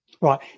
Right